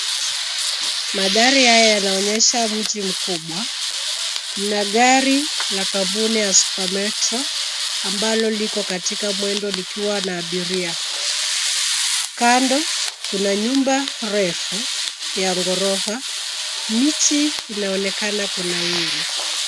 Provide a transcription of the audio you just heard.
Mandhari haya yanaonyesha mji mkubwa. Mna gari la kampuni ya Super Metro ambalo liko katika mwendo likiwa na abiria. Kando kuna nyumba refu ya ghorofa. Miti inaonekana kunawiri.